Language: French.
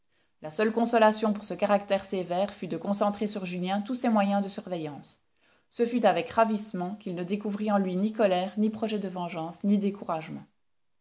la seule consolation pour ce caractère sévère fut de concentrer sur julien tous ses moyens de surveillance ce fut avec ravissement qu'il ne découvrit en lui ni colère ni projets de vengeance ni découragement